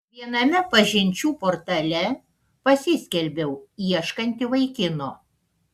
viename pažinčių portale pasiskelbiau ieškanti vaikino